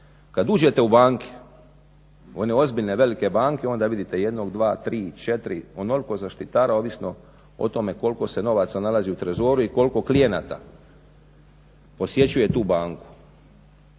Kad uđete u banke, one ozbiljne, velike banke onda vidite jednog, dva, tri, četiri, onoliko zaštitara ovisno o tome koliko se novaca nalazi u trezoru i koliko klijenata posjećuje tu banku.